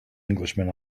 englishman